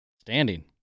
Standing